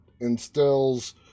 instills